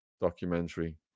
documentary